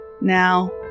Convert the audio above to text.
Now